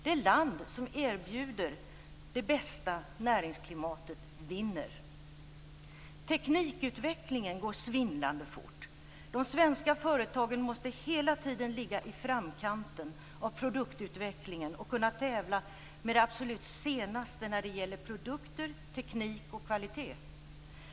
Det land som erbjuder det bästa näringsklimatet vinner. Teknikutvecklingen går svindlande fort. De svenska företagen måste hela tiden ligga i framkanten av produktutvecklingen och kunna tävla med det absolut senaste när det gäller produkter, teknik och kvalitet.